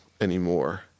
anymore